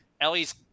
Ellie's